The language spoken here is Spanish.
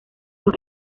dos